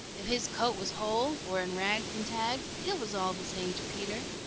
if his coat was whole, or in rags and tags, it was all the same to peter.